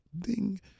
Ding